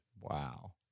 Wow